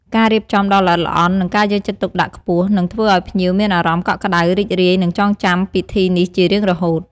ការរៀបចំដ៏ល្អិតល្អន់ និងការយកចិត្តទុកដាក់ខ្ពស់ នឹងធ្វើឲ្យភ្ញៀវមានអារម្មណ៍កក់ក្តៅ រីករាយ និងចងចាំពិធីនេះជារៀងរហូត។